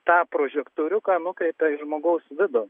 tą prožektoriuką nukreipia į žmogaus vidų